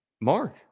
Mark